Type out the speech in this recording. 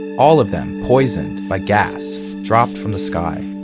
all of them poisoned by gas dropped from the sky.